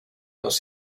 dos